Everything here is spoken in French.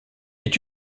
est